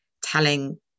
telling